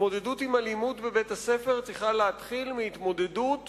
התמודדות עם אלימות בבית-הספר צריכה להתחיל מהתמודדות